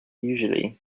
usually